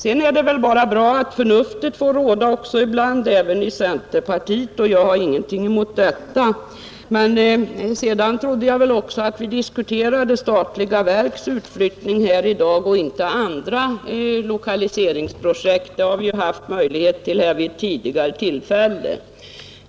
Vidare är det väl bara bra att förnuftet får råda ibland även i centerpartiet — jag har ingenting emot detta. I övrigt förutsätter jag att vi i dag diskuterar statliga verks utflyttning och inte andra lokaliseringsprojekt; dem har vi haft möjlighet att debattera vid tidigare tillfälle.